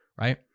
right